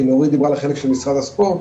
כי נורית דיברה על החלק של משרד הספורט,